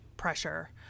pressure